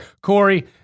Corey